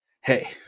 hey